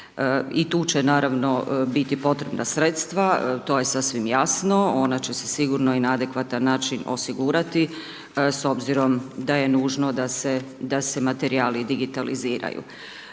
i tu će naravno biti potrebna sredstva, to je sasvim jasno, ona će se sigurno i na adekvatan način osigurati s obzirom da je nužno da se materijali digitaliziraju.